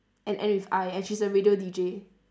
and end with I and she's a radio D_J